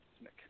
Nick